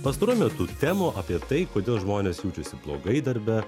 pastaruoju metu temų apie tai kodėl žmonės jaučiasi blogai darbe